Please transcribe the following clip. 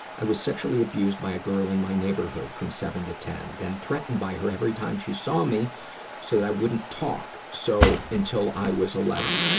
i was sexually abused by a girl in my neighborhood from seven to ten, then threatened by her every time she saw me so i wouldn't talk so, until i was eleven.